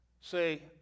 say